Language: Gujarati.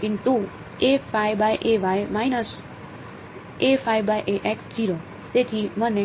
તેથી તેથી મને